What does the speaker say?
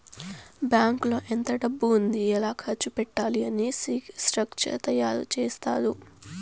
బ్యాంకులో ఎంత డబ్బు ఉంది ఎలా ఖర్చు పెట్టాలి అని స్ట్రక్చర్ తయారు చేత్తారు